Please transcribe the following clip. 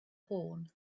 horn